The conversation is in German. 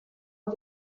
und